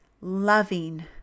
loving